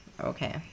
okay